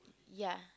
ya